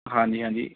ਹਾਂਜੀ ਹਾਂਜੀ